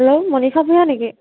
hello Manisha Bhuyan নেকি